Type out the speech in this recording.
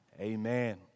amen